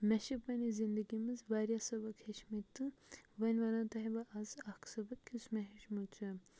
مےٚ چھِ پَننہِ زِنٛدگی مَنٛز واریاہ سَبَق ہیٚچھمٕتۍ تہٕ وۄنۍ وَنَو تۄہہِ بہٕ آز اکھ سَبَق یُس مےٚ ہیٚچھمُت چھُ